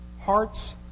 hearts